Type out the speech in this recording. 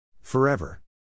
Forever